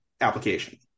application